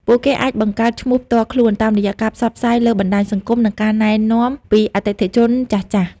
ពួកគេអាចបង្កើតឈ្មោះផ្ទាល់ខ្លួន តាមរយៈការផ្សព្វផ្សាយលើបណ្តាញសង្គម និងការណែនាំពីអតិថិជនចាស់ៗ។